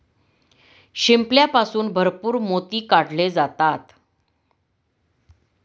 शिंपल्यापासून भरपूर मोती काढले जातात